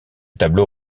tableau